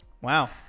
wow